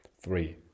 three